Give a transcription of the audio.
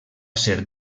ser